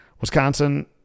Wisconsin